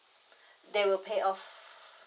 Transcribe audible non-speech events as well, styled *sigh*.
*breath* they will pay off